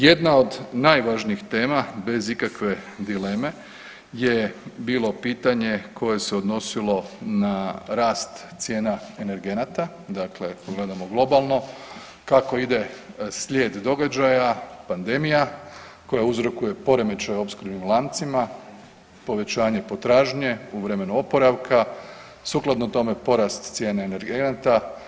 Jedna od najvažnijih tema bez ikakve dileme je bilo pitanje koje se odnosilo na rast cijena energenata, dakle kad gledamo globalno kako ide slijed događaja, pandemija koja uzrokuje poremećaj u opskrbnim lancima, povećanje potražnje u vremenu oporavka, sukladno tome porast cijene energenata.